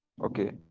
Okay